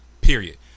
period